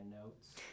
notes